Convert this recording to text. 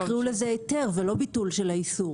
אז אולי תקראו לזה היתר ולא ביטול של האיסור.